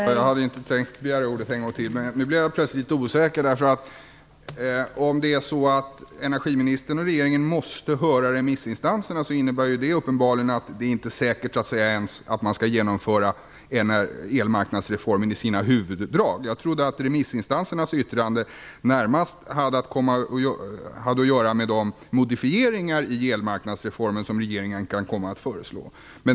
Fru talman! Jag hade inte tänkt begära ordet en gång till, men nu blev jag plötsligt litet osäker. Om energiministern och regeringen måste höra remissinstanserna innebär det uppenbarligen att det inte är säkert att man ens skall genomföra elmarknadsreformen i dess huvuddrag. Jag trodde att remissinstansernas yttranden närmast hade att göra med de modifieringar i elmarknadsreformen som regeringen kan komma att föreslå.